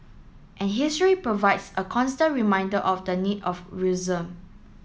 and history provides a constant reminder of the need of